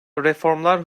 reformlar